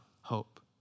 hope